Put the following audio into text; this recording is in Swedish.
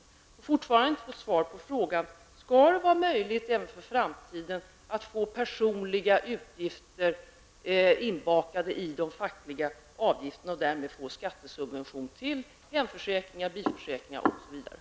Fortfarande har jag inte fått svar på frågan om det skall vara möjligt även i framtiden att få personliga utgifter inbakade i den fackliga avgiften och därmed få en skattesubvention på hemförsäkringar, bilförsäkringar osv.